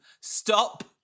stop